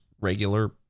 regular